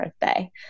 birthday